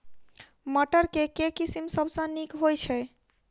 मटर केँ के किसिम सबसँ नीक होइ छै?